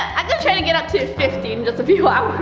i'm gonna try to get up to fifty in just a few hours.